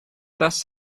das